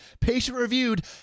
patient-reviewed